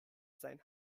sein